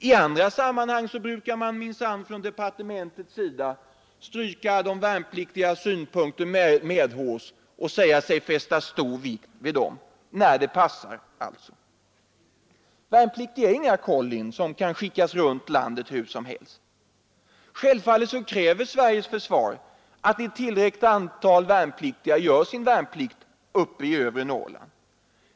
I andra sammanhang brukar man minsann från departementets sida stryka de värnpliktiga medhårs och säga sig fästa stor vikt vid deras synpunkter — när det passar, alltså. Värnpliktiga är inga kollin som kan skickas runt i landet hur som helst. Självfallet kräver Sveriges försvar att ett tillräckligt antal värnpliktiga gör sin värnplikt i övre Norrland.